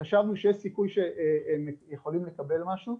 חשבנו שיש סיכוי שהם יכולים לקבל משהו,